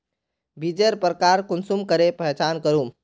बीजेर प्रकार कुंसम करे पहचान करूम?